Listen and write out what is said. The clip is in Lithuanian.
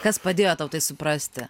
kas padėjo tau tai suprasti